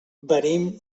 venim